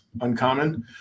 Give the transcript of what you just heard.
uncommon